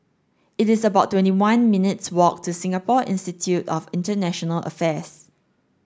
it is about twenty one minutes walk to Singapore Institute of International Affairs